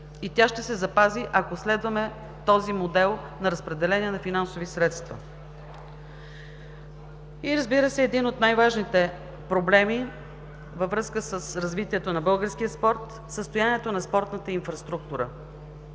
и тя ще се запази, ако следваме този модел на разпределение на финансови средства. И, разбира се, един от най-важните проблеми във връзка с развитието на българския спорт – състоянието на спортната инфраструктура.